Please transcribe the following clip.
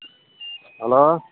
hello